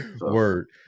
Word